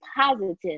positive